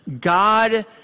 God